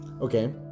Okay